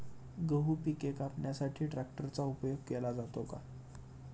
गहू पिके कापण्यासाठी ट्रॅक्टरचा उपयोग केला जातो का?